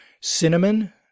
Cinnamon